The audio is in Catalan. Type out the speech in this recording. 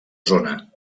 zona